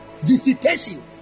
Visitation